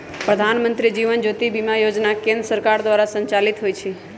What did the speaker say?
प्रधानमंत्री जीवन ज्योति बीमा जोजना केंद्र सरकार द्वारा संचालित होइ छइ